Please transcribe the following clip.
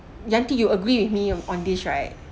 Yanti you agree with me on this right